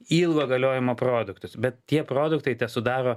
ilgo galiojimo produktus bet tie produktai tesudaro